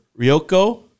ryoko